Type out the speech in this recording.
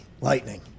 lightning